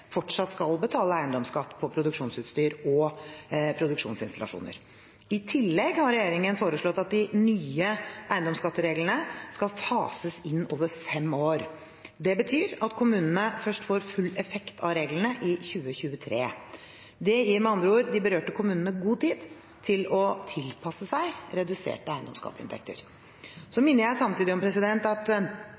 fortsatt skal betale eiendomsskatt på produksjonsutstyr og produksjonsinstallasjoner. I tillegg har regjeringen foreslått at de nye eiendomsskattereglene skal fases inn over fem år. Det betyr at kommunene først får full effekt av reglene i 2023. Det gir med andre ord de berørte kommunene god tid til å tilpasse seg reduserte eiendomsskatteinntekter. Så minner jeg samtidig om at